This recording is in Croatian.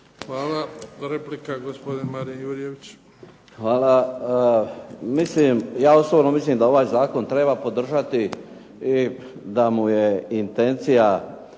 Hvala. Replika gospodin Marin Jurjević. **Jurjević, Marin (SDP)** Hvala. Ja osobno mislim da ovaj zakon treba podržati i da mu je intencija